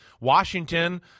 Washington